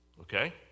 okay